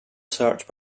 search